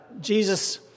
Jesus